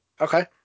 Okay